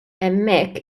hemmhekk